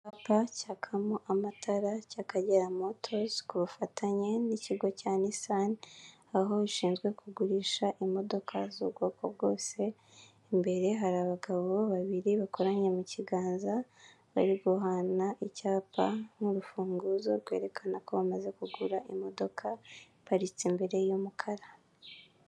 Imitaka myinshi igiye itandukanye harimo imitaka itukura ya eyateri ndetse n'uw'icyatsi wa infinigisi imbere yaho hakaba hateretse akabati gacururizwaho, amarinite imbere y'aho hakaba abantu benshi batandukanye harimo uwambaye ijiri ya emutiyene, isa umuhondo hakurya y'aho hakaba hari inzu iriho y'icyapa cya eyateri.